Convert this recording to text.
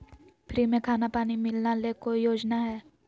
Free में खाना पानी मिलना ले कोइ योजना हय?